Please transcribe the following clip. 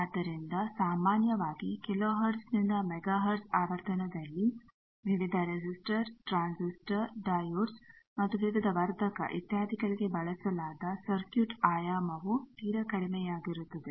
ಆದ್ದರಿಂದ ಸಾಮಾನ್ಯವಾಗಿ ಕಿಲೋಹರ್ಟ್ಜ್ ನಿಂದ ಮೆಗಾಹೆರ್ಟ್ಜ್ ಆವರ್ತನದಲ್ಲಿ ವಿವಿಧ ರೆಸಿಸ್ಟರ್ ಟ್ರಾನ್ಸಿಸ್ಟರ್ ಡಯೋಡ್ಸ್ ಮತ್ತು ವಿವಿಧ ವರ್ಧಕ ಇತ್ಯಾದಿಗಳಿಗೆ ಬಳಸಲಾದ ಸರ್ಕ್ಯೂಟ್ ಆಯಾಮವು ತೀರ ಕಡಿಮೆಯಾಗಿರುತ್ತದೆ